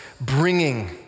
bringing